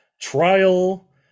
trial